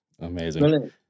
Amazing